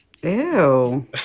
Ew